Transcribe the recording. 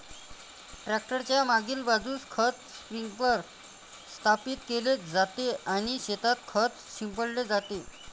tractor च्या मागील बाजूस खत स्प्रिंकलर स्थापित केले जाते आणि शेतात खत शिंपडले जाते